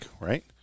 right